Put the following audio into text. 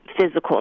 physical